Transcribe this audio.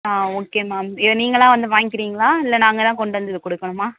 ஆ okay ma'am இதை நீங்களாக வந்து வாங்கிக்கிறீங்களா இல்லை நாங்கதான் கொண்டு வந்து இதை கொடுக்கணுமா